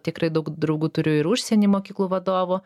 tikrai daug draugų turiu ir užsieny mokyklų vadovų